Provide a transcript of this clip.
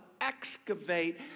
excavate